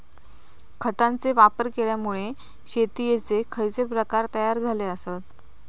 खतांचे वापर केल्यामुळे शेतीयेचे खैचे प्रकार तयार झाले आसत?